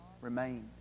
Remain